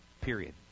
Period